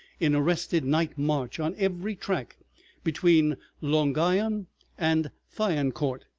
in arrested night march on every track between longuyon and thiancourt,